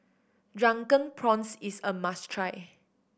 Drunken Prawns is a must try